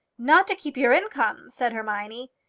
not to keep your income! said hermione.